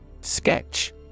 Sketch